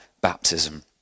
baptism